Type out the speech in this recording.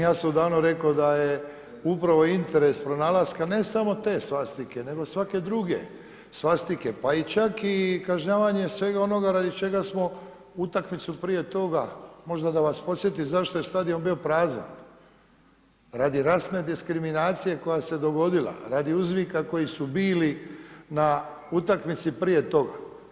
Ja sam odavno rekao da je upravo interes pronalaska ne samo te svastike nego svake druge svastike pa čak i kažnjavanje svega onoga radi čega smo utakmicu prije toga, možda da vas podsjetim zašto je stadion bio prazan, radi rasne diskriminacije koja se dogodila, radi uzvika koji su bili na utakmici prije toga.